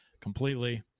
completely